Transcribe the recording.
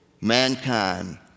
mankind